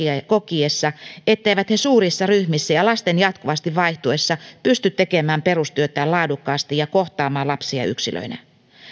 kokiessa etteivät he suurissa ryhmissä ja lasten jatkuvasti vaihtuessa pysty tekemään perustyötään laadukkaasti ja kohtaamaan lapsia yksilöinä